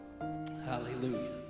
Hallelujah